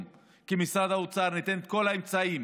כי משרד האוצר ייתן את כל האמצעים